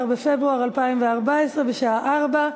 עברה,